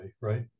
right